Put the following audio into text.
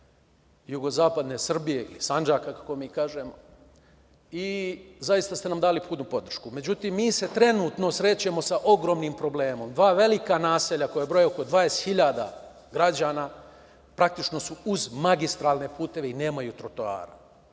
jugozapadne Srbije, ili Sandžaka kako mi kažemo. Zaista ste nam dali punu podršku, međutim, mi se trenutno srećemo sa ogromnim problemom, dva velika naselja koja broje oko 20 hiljada građana, praktično, su uz magistralne puteve i nemaju trotoare.